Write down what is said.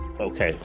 okay